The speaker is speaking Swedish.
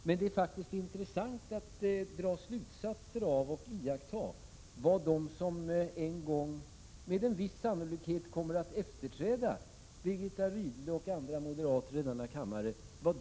Men det är faktiskt intressant att dra slutsatser av och iaktta vad de som sannolikt en gång kommer att efterträda Birgitta Rydle och andra moderater i denna kammare tycker.